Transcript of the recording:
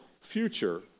future